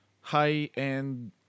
high-end